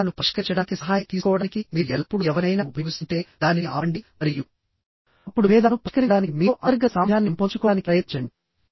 మీ విభేదాలను పరిష్కరించడానికి సహాయం తీసుకోవడానికి మీరు ఎల్లప్పుడూ ఎవరినైనా ఉపయోగిస్తుంటే దానిని ఆపండి మరియుఅప్పుడు విభేదాలను పరిష్కరించడానికి మీలో అంతర్గత సామర్థ్యాన్ని పెంపొందించుకోవడానికి ప్రయత్నించండి